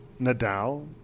Nadal